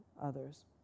others